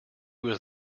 was